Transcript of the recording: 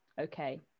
Okay